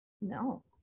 No